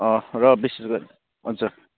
र विशेषगरी हुन्छ